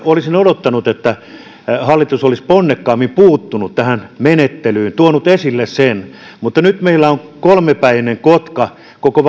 olisin odottanut että hallitus olisi ponnekkaammin puuttunut tähän menettelyyn tuonut esille sen nyt meillä on kolmipäinen kotka koko